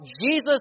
Jesus